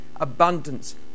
abundance